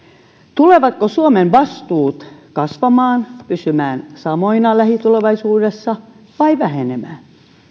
tulevatko suomen vastuut kasvamaan pysymään samoina lähitulevaisuudessa vai vähenemään